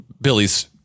billy's